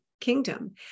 kingdom